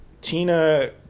Tina